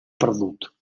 perdut